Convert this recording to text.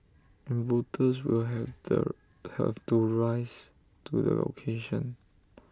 and voters will have the have to rise to the occasion